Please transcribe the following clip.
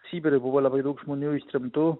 sibire buvo labai daug žmonių ištremtų